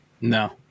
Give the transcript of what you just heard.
No